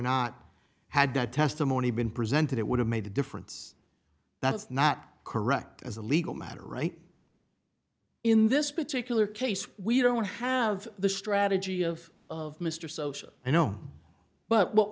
not had that testimony been presented it would have made a difference that's not correct as a legal matter right in this particular case we don't have the strategy of of mr sosa and no but what